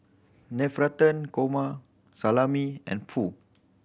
Navratan Korma Salami and Pho